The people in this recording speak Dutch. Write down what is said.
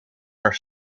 naar